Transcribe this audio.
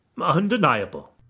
Undeniable